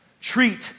treat